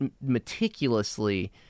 meticulously